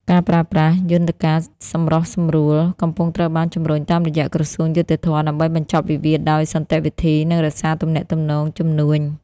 ការប្រើប្រាស់ "យន្តការសម្រុះសម្រួល" កំពុងត្រូវបានជម្រុញតាមរយៈក្រសួងយុត្តិធម៌ ដើម្បីបញ្ចប់វិវាទដោយសន្តិវិធី និងរក្សាទំនាក់ទំនងជំនួញ។